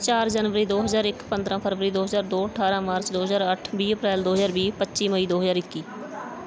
ਚਾਰ ਜਨਵਰੀ ਦੋ ਹਜ਼ਾਰ ਇੱਕ ਪੰਦਰ੍ਹਾਂ ਫਰਵਰੀ ਦੋ ਹਜ਼ਾਰ ਦੋ ਅਠਾਰ੍ਹਾਂ ਮਾਰਚ ਦੋ ਹਜ਼ਾਰ ਅੱਠ ਵੀਹ ਅਪ੍ਰੈਲ ਦੋ ਹਜ਼ਾਰ ਵੀਹ ਪੱਚੀ ਮਈ ਦੋ ਹਜ਼ਾਰ ਇੱਕੀ